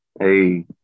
Hey